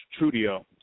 Trudio